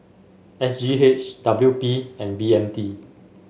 S G H W P and B M T